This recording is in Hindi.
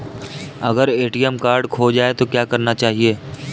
अगर ए.टी.एम कार्ड खो जाए तो क्या करना चाहिए?